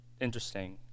interesting